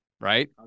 right